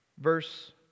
Verse